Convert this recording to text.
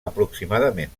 aproximadament